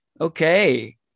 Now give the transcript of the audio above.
Okay